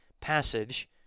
passage